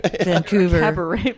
Vancouver